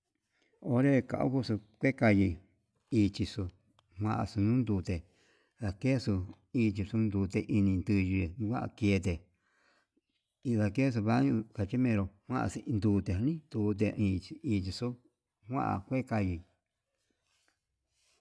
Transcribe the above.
Onré kavuxu kue kayi ichixo kuanxu nute ndakexu ichixo nrute hí nintuyu kuan kende indakexu baño, kachimero kuanxi indute nii tute iin inchexo, kuan ke kayii.